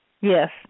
Yes